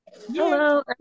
Hello